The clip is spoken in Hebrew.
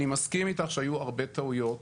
אני מסכים איתך שהיו הרבה טעויות.